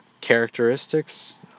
characteristics